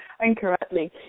incorrectly